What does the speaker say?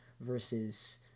versus